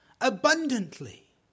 Abundantly